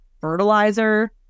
fertilizer